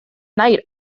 night